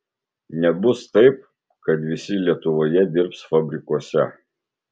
nebus taip kad visi lietuvoje dirbs fabrikuose